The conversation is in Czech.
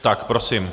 Tak prosím.